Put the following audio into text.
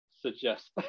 suggest